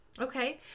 Okay